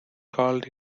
called